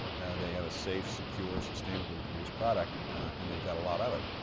they have a safe, secure, sustainably produced product and they've got a lot of it.